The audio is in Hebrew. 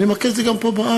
אני מכיר את זה גם פה בארץ.